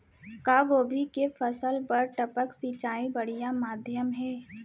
का गोभी के फसल बर टपक सिंचाई बढ़िया माधयम हे?